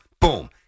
boom